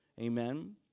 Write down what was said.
amen